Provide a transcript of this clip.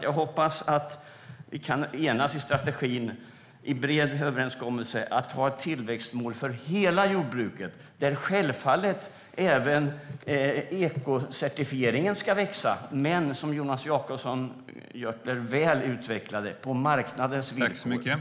Jag hoppas att vi kan nå en bred överenskommelse om strategin, om ett tillväxtmål för hela jordbruket. Där ska självfallet även ekocertifieringen öka. Men det ska, som Jonas Jacobsson Gjörtler utvecklade så väl, ske på marknadens villkor.